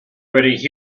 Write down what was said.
write